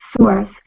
source